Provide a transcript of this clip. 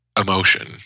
emotion